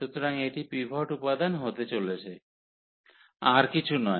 সুতরাং এটি পিভট উপাদান হতে চলেছে আর কিছু নয়